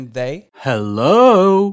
hello